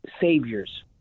saviors